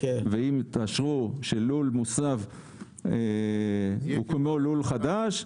ואם תאשרו שלול מוסב יהיה כמו לול חדש,